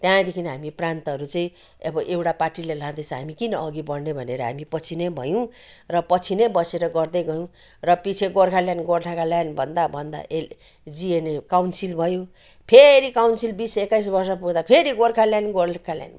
त्यहाँदेखि हामी प्रान्तहरू चाहिँ अब एउटा पार्टीलाई लाँदैछ हामी किन अघि बढ्ने भनेर हामी पछि नै भयौँ र पछि नै बसेर अधि बढ्दै गयौँ र पछि गोर्खाल्यान्ड गोर्खाल्यान्ड भन्दा भन्दा एन जिएनएल काउन्सिल भयो फेरि काउन्सिल बिस एकाइस वर्ष पुग्दा फेरि गोर्खाल्यान्ड गोर्खाल्यान्ड